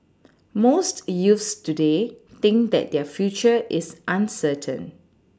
most youths today think that their future is uncertain